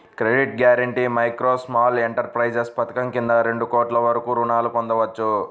credit guarantee micro, small enterprises పథకం కింద రెండు కోట్ల వరకు రుణాలను పొందొచ్చు